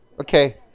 okay